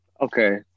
Okay